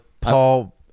Paul